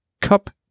cup